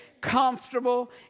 comfortable